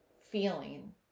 feeling